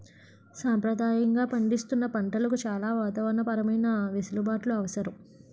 సంప్రదాయంగా పండిస్తున్న పంటలకు చాలా వాతావరణ పరమైన వెసులుబాట్లు అవసరం